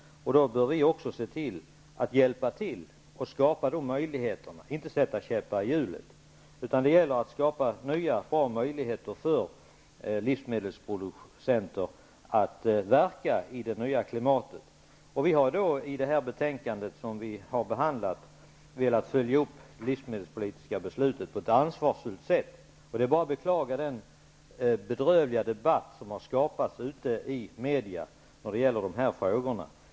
Då bör vi också hjälpa till att skapa möjligheterna och inte sätta käppar i hjulet. Det gäller att skapa nya möjligheter för livsmedelsproducenter att verka i det nya klimatet. I det betänkande som vi nu behandlar har vi velat följa upp det livsmedelspolitiska beslutet på ett ansvarsfullt sätt. Det är bara att beklaga den bedrövliga debatt som skapats ute i media då det gäller dessa frågor.